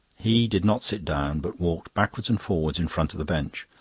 he did not sit down, but walked backwards and forwards in front of the bench,